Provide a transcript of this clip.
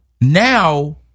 now